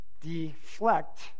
deflect